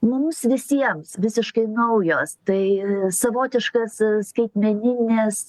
mums visiems visiškai naujos tai savotiškas skaitmeninės